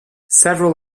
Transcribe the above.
several